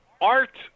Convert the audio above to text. art